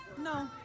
No